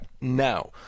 now